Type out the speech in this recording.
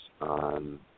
on